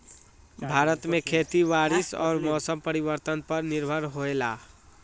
भारत में खेती बारिश और मौसम परिवर्तन पर निर्भर होयला